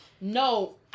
No